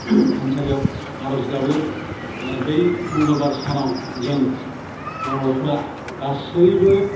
थानसालियाव आर'ज गाबो आरो बै मंगलबार सानाव जों बर'फ्रा गासैबो